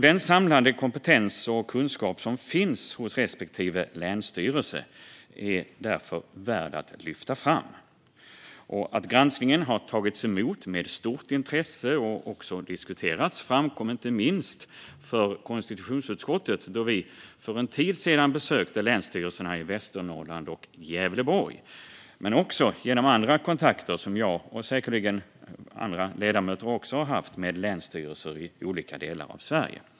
Den samlade kompetens och kunskap som finns hos respektive länsstyrelse är därför värd att lyfta fram. Att granskningen har tagits emot med stort intresse och också diskuterats framkom inte minst för konstitutionsutskottet då vi för en tid sedan besökte länsstyrelserna i Västernorrland och Gävleborg, men det har också framkommit genom andra kontakter som jag - och säkerligen även andra ledamöter - har haft med länsstyrelser i olika delar av Sverige.